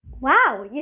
Wow